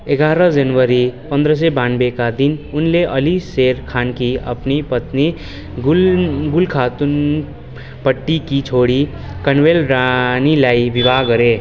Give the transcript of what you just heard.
एघार जनवरी पन्ध्र सय बयान्नब्बेका दिन उनले अली शेर खानकी अपनी पत्नी गुल खातुनपट्टिकी छोरी कन्वल रानीलाई विवाह गरे